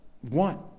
One